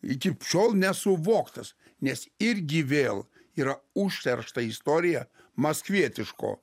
iki šiol nesuvoktas nes irgi vėl yra užteršta istorija maskvietiško